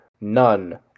None